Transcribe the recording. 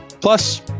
Plus